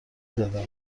دادم